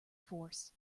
force